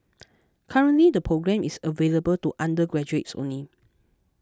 currently the programme is available to undergraduates only